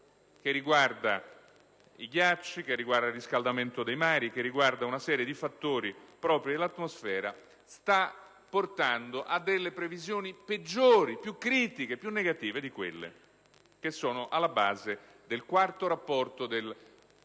che riguarda i ghiacci, che riguarda il riscaldamento dei mari, che riguarda una serie di fattori propri dell'atmosfera sta portando a previsioni peggiori, più critiche, più negative di quelle che sono alla base del quarto rapporto